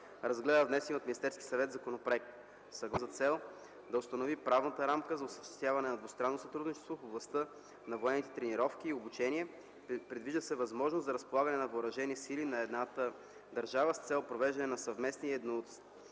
от вносителя мотиви, споразумението има за цел да установи правната рамка за осъществяване на двустранно сътрудничество в областта на военните тренировки и обучение. Предвижда се възможност за разполагане на въоръжени сили на едната държава с цел провеждане на съвместни или едностранни